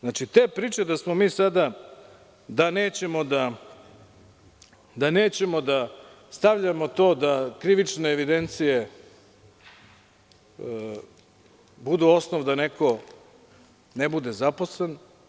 Znači, te priče da smo mi sada, da nećemo da stavljao to, da krivične evidencije budu osnov da neko ne bude zaposlen.